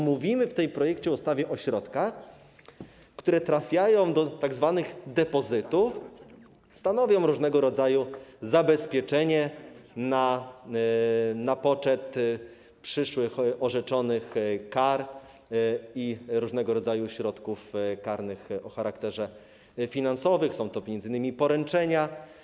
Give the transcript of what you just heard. Mówimy w tym projekcie ustawy o środkach, które trafiają do tzw. depozytów, stanowią różnego rodzaju zabezpieczenie na poczet przyszłych orzeczonych kar i różnego rodzaju środków karnych o charakterze finansowym, są to m.in. poręczenia.